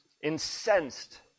incensed